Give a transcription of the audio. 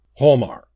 Holmar